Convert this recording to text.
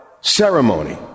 ceremony